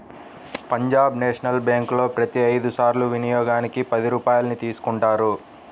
Punjab national బ్యేంకులో ప్రతి ఐదు సార్ల వినియోగానికి పది రూపాయల్ని తీసుకుంటారు